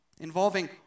involving